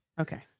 Okay